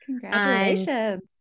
congratulations